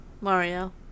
Mario